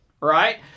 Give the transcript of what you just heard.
Right